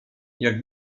jak